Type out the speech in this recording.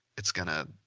it's going to. ah,